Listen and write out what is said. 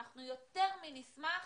אנחנו נשמח